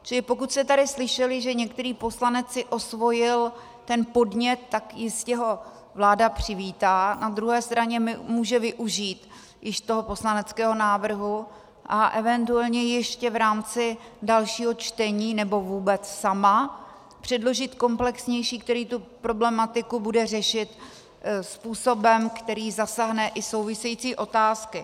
Čili pokud jste tady slyšeli, že některý poslanec si osvojil ten podnět, tak jistě ho vláda přivítá, na druhé straně může využít již toho poslaneckého návrhu a eventuálně ještě v rámci dalšího čtení, nebo vůbec sama předložit komplexnější, který tu problematiku bude řešit způsobem, který zasáhne i související otázky.